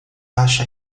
acha